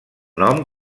nom